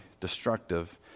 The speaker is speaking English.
destructive